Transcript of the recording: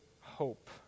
hope